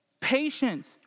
Patience